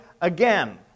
again